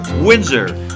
Windsor